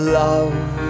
love